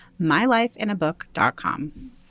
MyLifeInABook.com